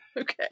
okay